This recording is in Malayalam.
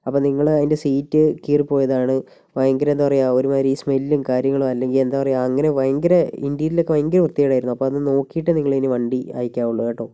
അപ്പോൾ നിങ്ങൾ അതിൻ്റെ സീറ്റ് കീറിപ്പോയതാണ് ഭയങ്കര എന്താ പറയുക ഒരുമാതിരി സ്മെല്ലും കാര്യങ്ങളും അല്ലെങ്കിൽ എന്താ പറയുക അങ്ങനെ ഭയങ്കര ഇൻ്റീരിയറിലൊക്കേ ഭയങ്കര വൃത്തികേടായിരുന്നു അപ്പോൾ അത് നോക്കിയിട്ട് നിങ്ങളിനി വണ്ടി അയക്കാവുള്ളൂ കേട്ടോ